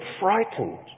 frightened